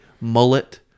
mullet